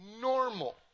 normal